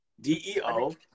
D-E-O